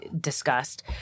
discussed